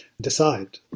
decide